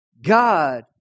God